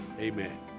amen